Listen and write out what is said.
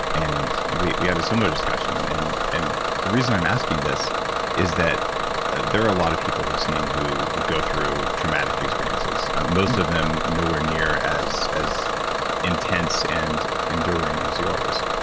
and we we had a similar discussion, and and the reason i'm asking this is that there are a lot of people listening who go through traumatic experiences, most of them nowhere near as as intense and enduring as yours,